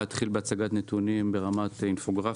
אני אתחיל בהצגת נתונים ברמת הגרפיקה,